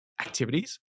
activities